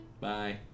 bye